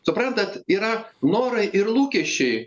suprantat yra norai ir lūkesčiai